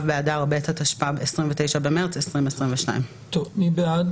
באדר ב' התשפ"ב (29 במרס 2022). מי בעד